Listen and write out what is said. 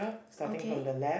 okay